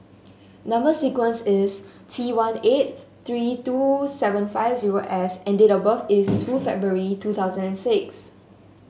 number sequence is T one eight three two seven five zero S and date of birth is two February two thousand and six